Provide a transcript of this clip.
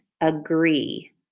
agree